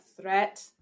threat